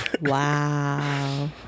Wow